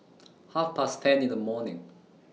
Half Past ten in The morning